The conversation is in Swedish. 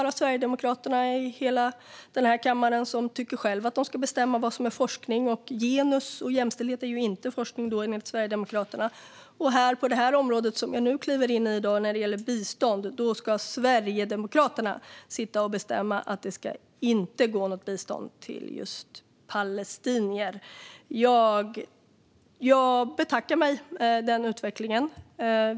Sverigedemokraterna är även ensamma i denna kammare om att tycka att de själva ska bestämma vad som är forskning. Genus och jämställdhet är då inte forskning, enligt Sverigedemokraterna. Och på det område som jag nu kliver in i, bistånd, ska Sverigedemokraterna sitta och bestämma att det inte ska gå något bistånd till just palestinier. Jag betackar mig för den utvecklingen.